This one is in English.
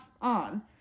on